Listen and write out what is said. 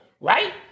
Right